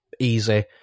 Easy